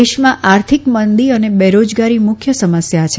દેશમાં આર્થિક મંદી અને બેરોજગારી મુખ્ય સમસ્યા છે